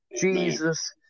Jesus